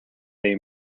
they